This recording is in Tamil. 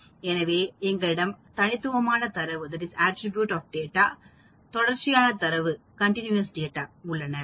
எனவே எங்களிடம் தனித்துவமான தரவு உள்ளது தொடர்ச்சியான தரவு உள்ளது